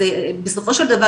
זה בסופו של דבר,